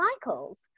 cycles